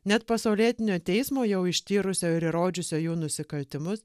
net pasaulietinio teismo jau ištyrusio ir įrodžiusio jų nusikaltimus